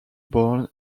born